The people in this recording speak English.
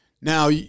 Now